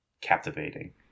captivating